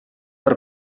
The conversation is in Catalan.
per